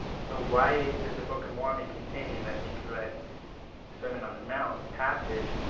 so why is the book of mormon containing that incorrect sermon on the mount passage,